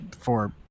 for-